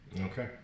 Okay